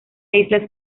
isla